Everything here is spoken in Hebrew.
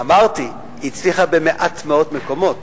אמרתי: היא הצליחה במעט מאוד מקומות.